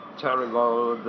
terrible